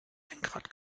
lenkrad